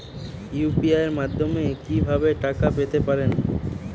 UPI মাধ্যমে কি ভাবে টাকা পেতে পারেন?